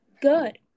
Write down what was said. good